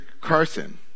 Carson